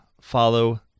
follow